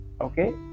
Okay